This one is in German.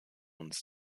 uns